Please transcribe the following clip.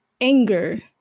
anger